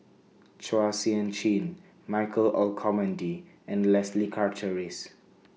Chua Sian Chin Michael Olcomendy and Leslie Charteris